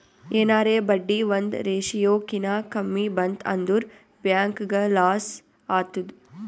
ಎನಾರೇ ಬಡ್ಡಿ ಒಂದ್ ರೇಶಿಯೋ ಕಿನಾ ಕಮ್ಮಿ ಬಂತ್ ಅಂದುರ್ ಬ್ಯಾಂಕ್ಗ ಲಾಸ್ ಆತ್ತುದ್